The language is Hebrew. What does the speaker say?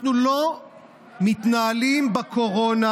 אנחנו לא מתנהלים בקורונה,